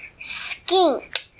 skink